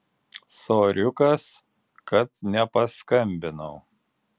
soriukas kad nepaskambinau